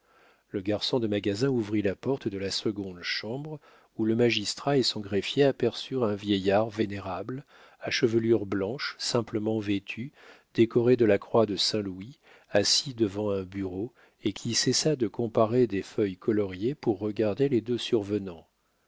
le garçon du magasin ouvrit la porte de la seconde chambre où le magistrat et son greffier aperçurent un vieillard vénérable à chevelure blanche simplement vêtu décoré de la croix de saint-louis assis devant un bureau et qui cessa de comparer des feuilles coloriées pour regarder les deux survenants